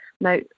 Now